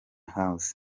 house